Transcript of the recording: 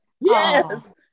yes